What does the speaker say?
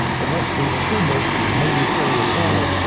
there must be two bakers, maybe three or four.